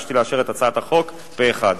ביקשתי לאשר את הצעת החוק פה-אחד.